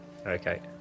Okay